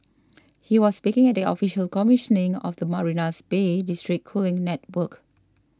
he was speaking at the official commissioning of the Marina's Bay district cooling network